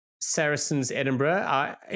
Saracens-Edinburgh